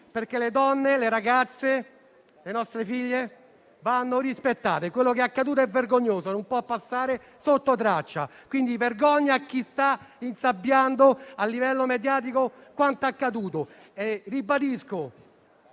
perché le donne, le ragazze, le nostre figlie vanno rispettate. Quello che è accaduto è vergognoso e non può passare sotto traccia. Quindi, vergogna a chi sta insabbiando a livello mediatico quanto accaduto!